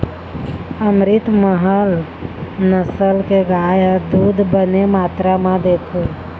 अमरितमहल नसल के गाय ह दूद बने मातरा म देथे